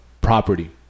property